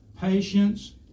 patience